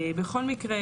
בכל מקרה,